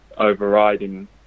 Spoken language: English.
overriding